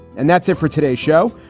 and that's it for today's show.